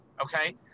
Okay